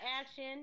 action